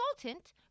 consultant